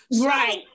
Right